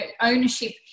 ownership